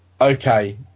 okay